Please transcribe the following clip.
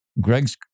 Greg's